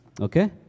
Okay